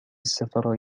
السفر